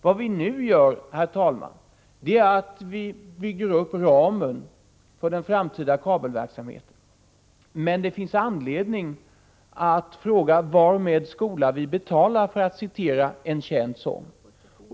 Vad vi nu gör, herr talman, är att vi bygger upp ramen för den framtida kabel-TV-verksamheten, men det finns anledning att fråga: Varmed skola vi betala, för att citera en känd sång.